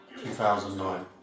2009